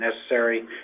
necessary